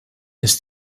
ist